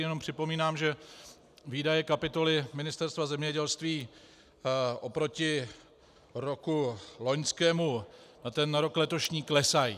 Jenom připomínám, že výdaje kapitoly Ministerstva zemědělství oproti roku loňskému na rok letošní klesají.